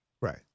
Right